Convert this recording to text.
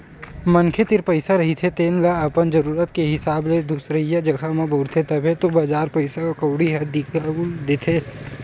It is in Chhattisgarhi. मनखे तीर पइसा रहिथे तेन ल अपन जरुरत के हिसाब ले दुसरइया जघा बउरथे, तभे तो बजार पइसा कउड़ी ह दिखउल देथे